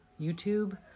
YouTube